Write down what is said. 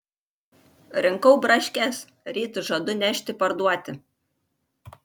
rinkau braškes ryt žadu nešti parduoti